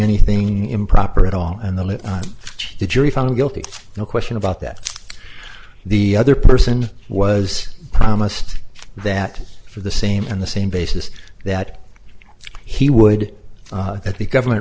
anything improper at all and the jury found him guilty no question about that the other person was promised that for the same in the same basis that he would that the government